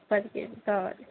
పది కేజీలు కావాలి